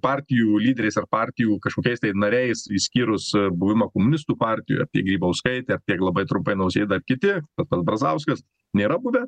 partijų lyderiais ar partijų kažkokiais tai nariais išskyrus buvimą komunistų partijoj apie grybauskaitę tiek labai trumpai nausėda ir kiti tas pats brazauskas nėra buvę